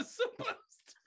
supposed